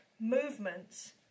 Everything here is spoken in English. movements